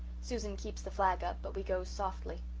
susan keeps the flag up but we go softly.